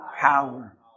power